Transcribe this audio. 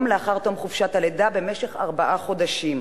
לאחר תום חופשת הלידה במשך ארבעה חודשים,